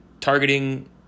targeting